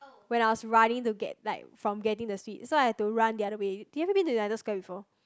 when I was running to get like from getting the sweets so I have to run the other way do you ever been to United-Square before